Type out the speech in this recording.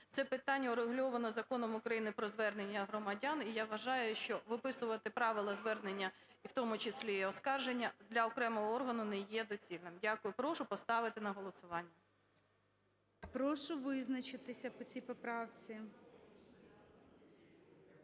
це питання урегульовано Законом України "Про звернення громадян", і я вважаю, що виписувати правила звернення, у тому числі і оскарження, для окремого органу не є доцільним. Дякую. Прошу поставити на голосування. ГОЛОВУЮЧИЙ. Прошу визначатися по цій поправці.